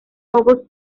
august